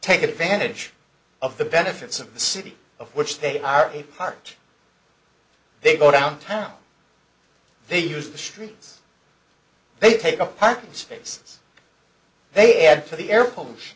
take advantage of the benefits of the city of which they are a part they go downtown they use the streets they take a parking space they add to the air po